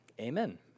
Amen